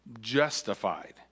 justified